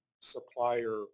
supplier